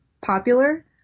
popular